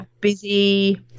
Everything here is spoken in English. busy